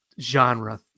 genre